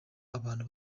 abantu